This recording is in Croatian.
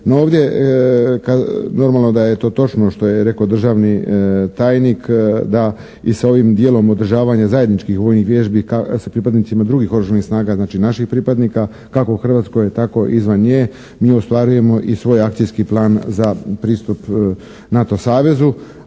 ovdje normalno da je to točno što je rekao državni tajnik da i s ovim dijelom održavanja zajedničkih vojnih vježbi s pripadnicima drugih oružanih snaga, znači naših pripadnika kako u Hrvatskoj tako i izvan nje mi ostvarujemo i svoj akcijski plan za pristup NATO savezu